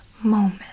moment